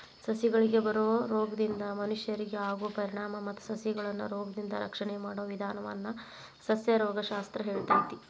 ಸಸಿಗಳಿಗೆ ಬರೋ ರೋಗದಿಂದ ಮನಷ್ಯರಿಗೆ ಆಗೋ ಪರಿಣಾಮ ಮತ್ತ ಸಸಿಗಳನ್ನರೋಗದಿಂದ ರಕ್ಷಣೆ ಮಾಡೋ ವಿದಾನವನ್ನ ಸಸ್ಯರೋಗ ಶಾಸ್ತ್ರ ಹೇಳ್ತೇತಿ